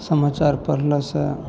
समाचार पढ़लासॅं